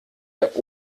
der